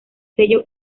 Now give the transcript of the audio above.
sello